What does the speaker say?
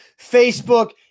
Facebook